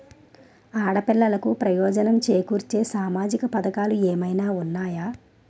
ఆడపిల్లలకు ప్రయోజనం చేకూర్చే సామాజిక పథకాలు ఏమైనా ఉన్నాయా?